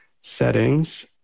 settings